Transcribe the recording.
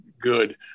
good